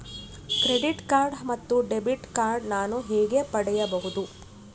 Credit card ಮತ್ತು debit card ನಾನು ಹೇಗೆ ಪಡೆಯಬಹುದು?